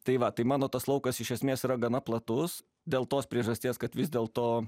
tai va tai mano tas laukas iš esmės yra gana platus dėl tos priežasties kad vis dėl to